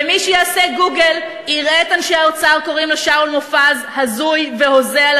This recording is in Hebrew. ומי שיעשה גוגל יראה את אנשי האוצר קוראים לשאול מופז "הזוי" ו"הוזה",